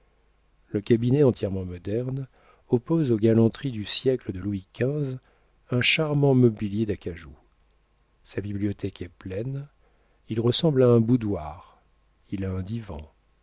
le cabinet entièrement moderne oppose aux galanteries du siècle de louis xv un charmant mobilier d'acajou sa bibliothèque est pleine il ressemble à un boudoir il a un divan